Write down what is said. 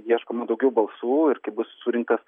ieškoma daugiau balsų ir kai bus surinktas